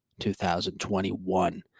2021